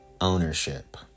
ownership